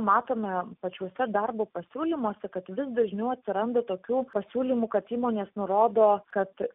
matome pačiuose darbo pasiūlymuose kad vis dažniau atsiranda tokių pasiūlymų kad įmonės nurodo kad